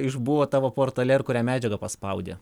išbuvo tavo portale ir kurią medžiagą paspaudė